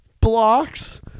blocks